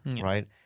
Right